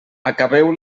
acabeu